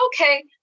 okay